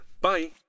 Bye